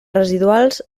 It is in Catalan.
residuals